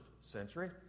century